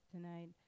tonight